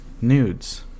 nudes